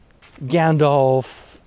Gandalf